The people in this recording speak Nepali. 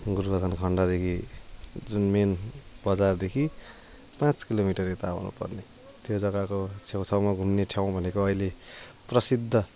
गुरबथान खण्डदेखि जुन मेन बजारदेखि पाँच किलोमीटर यता आउनुपर्ने त्यो जग् गाको छेउछाउमा घुम्ने ठाउँ भनेको अहिले प्रसिद्ध